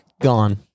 Gone